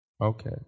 okay